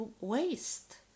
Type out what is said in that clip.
waste